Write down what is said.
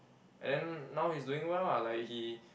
and then now he's doing well lah like he